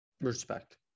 Respect